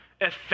effect